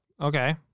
Okay